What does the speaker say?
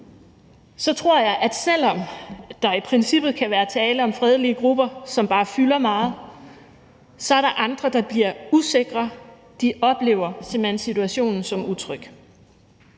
så tror jeg, at selv om der i princippet kan være tale om fredelige grupper, som bare fylder meget, så er der andre, der bliver usikre – de oplever simpelt hen situationen som utryg.